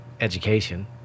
Education